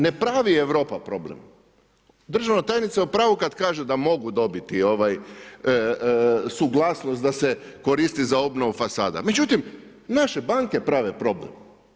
Ne pravi Europa problem, državna tajnica je u pravu kada kaže da mogu dobiti suglasnost da se koristi za obnovu fasada, međutim naše banke prave problem.